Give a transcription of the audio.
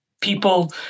people